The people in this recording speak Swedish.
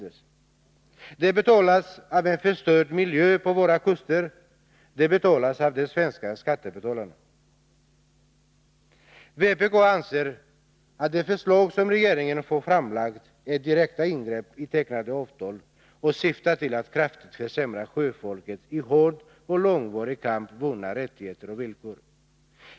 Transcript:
Dessa kostnader betalas i form av förstörd miljö på våra kuster, de betalas av svenska skattebetalare. Vpk anser, att de förslag som regeringen har framlagt är direkta ingrepp i tecknade avtal och att de syftar till att kraftigt försämra sjöfolkets, genom hård och långvarig kamp, vunna rättigheter och villkor.